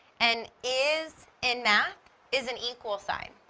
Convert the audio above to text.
and is in math is an equal sign.